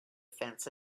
fence